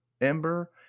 Ember